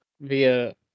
via